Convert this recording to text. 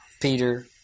Peter